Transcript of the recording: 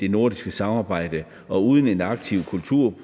det nordiske samarbejde, og uden en aktiv kulturpolitik